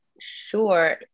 sure